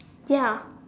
ya